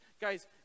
Guys